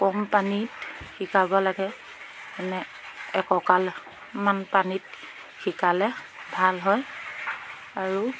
কম পানীত শিকাব লাগে এনে এককালমান পানীত শিকালে ভাল হয় আৰু